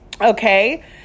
Okay